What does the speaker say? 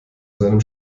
seinem